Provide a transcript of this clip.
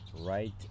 right